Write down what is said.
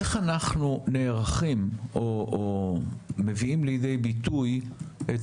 איך אנחנו נערכים או מביאים לידי ביטוי את